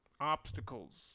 obstacles